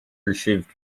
received